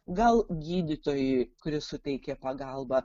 gal gydytojui kuris suteikė pagalbą